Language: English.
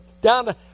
down